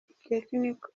technique